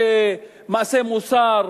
מעשה מוסר,